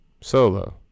Solo